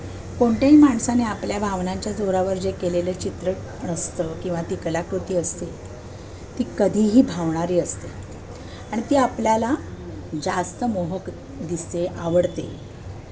कोणत्याही माणसाने आपल्या भावनांच्या जोरावर जे केलेलं चित्रण असतं किंवा ती कलाकृती असते ती कधीही भावणारी असते आणि ती आपल्याला जास्त मोहक दिसते आवडते